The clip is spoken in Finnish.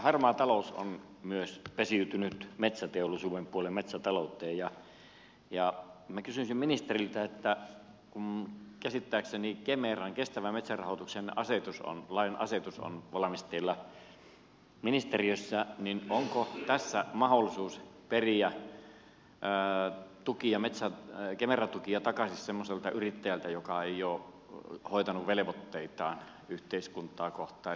harmaa talous on pesiytynyt myös metsäteollisuuden puolelle metsätalouteen ja minä kysyisin ministeriltä että kun käsittääkseni kemeran kestävän metsärahoituksen lain asetus on valmisteilla ministeriössä niin onko tässä mahdollisuus periä kemera tukia takaisin semmoiselta yrittäjältä joka ei ole hoitanut velvoitteitaan yhteiskuntaa kohtaan